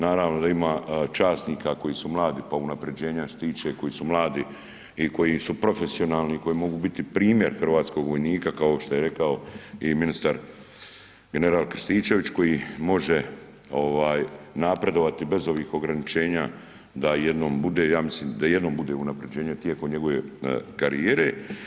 Naravno da ima časnika koji su mladi pa unapređenja stiče, koji su mladi i koji su profesionalni, koji mogu biti primjer hrvatskog vojnika kao što je rekao i ministar general Krstičević koji može napredovati bez ovih ograničenja da jednom bude, ja mislim, da jednom bude unaprjeđenje tijekom njegove karijere.